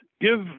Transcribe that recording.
give